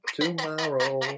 tomorrow